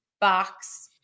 box